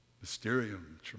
Mysterium